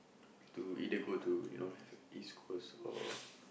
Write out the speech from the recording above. to either go to you know have a East-Coast or